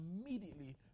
immediately